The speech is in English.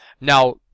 Now